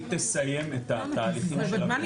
היא תסיים את התהליכים שלה.